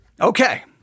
Okay